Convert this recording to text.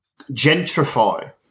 gentrify